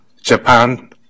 Japan